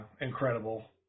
incredible